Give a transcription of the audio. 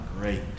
great